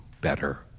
better